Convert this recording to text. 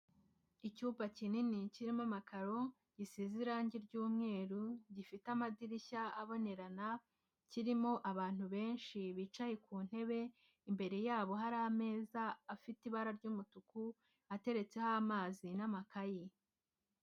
Icyumba kinini kirimo amakaro gisize irangi ry'umweru gifite amadirishya abonerana, kirimo abantu benshi bicaye ku ntebe, imbere yabo hari ameza afite ibara ry'umutuku ateretseho amazi n'amakaye.